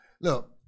Look